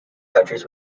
countries